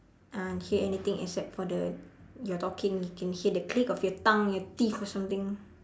uh hear anything except for the your talking you can hear the click of your tongue your teeth or something